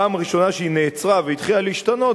פעם ראשונה שהיא נעצרה והתחילה להשתנות,